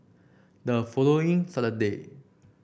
the following Saturday